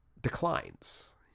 declines